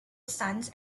sons